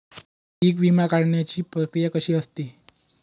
पीक विमा काढण्याची प्रक्रिया कशी असते?